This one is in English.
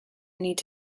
need